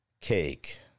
cake